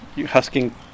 husking